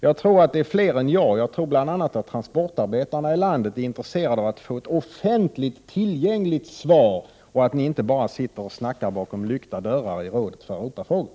Jag tror att det är fler än jag — bl.a. transportarbetarna i landet — som är intresserade av att få ett offentligt tillgängligt svar, och inte bara höra att saken diskuteras bakom lyckta dörrar i Rådet för europafrågor.